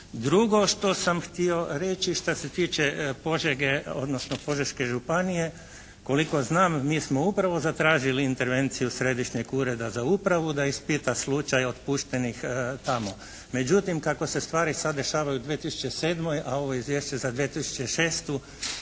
Drugo što sam htio reći šta se tiče Požege odnosno Požeške županije koliko znam mi smo upravo zatražili intervenciju Središnjeg ureda za upravu da ispita slučaj otpuštenih tamo. Međutim kako se stvari sad dešavaju u 2007. a ovo je izvješće za 2006. mi